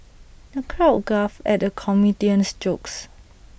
the crowd guffawed at the comedian's jokes